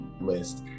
list